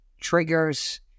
triggers